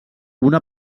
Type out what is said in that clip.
una